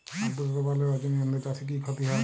আদ্রর্তা বাড়লে রজনীগন্ধা চাষে কি ক্ষতি হয়?